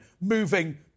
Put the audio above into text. moving